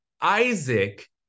Isaac